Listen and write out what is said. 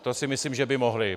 To si myslím, že by mohli.